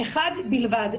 אחד בלבד.